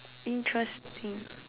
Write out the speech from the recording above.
interesting